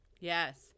Yes